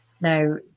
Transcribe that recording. Now